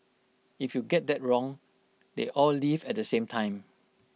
if you get that wrong they all leave at the same time